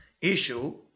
issue